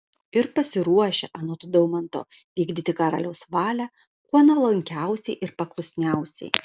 ir pasiruošę anot daumanto vykdyti karaliaus valią kuo nuolankiausiai ir paklusniausiai